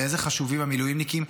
ואיזה חשובים המילואימניקים.